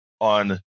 on